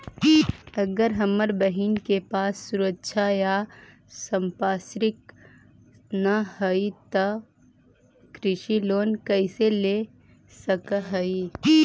अगर हमर बहिन के पास सुरक्षा या संपार्श्विक ना हई त उ कृषि लोन कईसे ले सक हई?